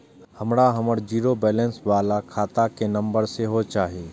हमरा हमर zero balance बाला खाता के नम्बर सेहो चाही